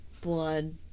blood